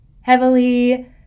heavily